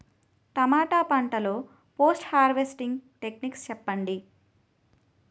టమాటా పంట లొ post harvesting techniques చెప్పండి?